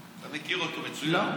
אתה מכיר אותו מצוין.